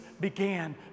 began